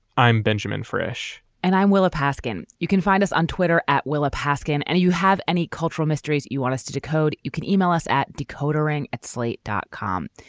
i'm benjamin fresh and i'm willa paskin. you can find us on twitter at willa paskin and you have any cultural mysteries you want us to decode? you can e-mail us at decoder ring at slate dot com.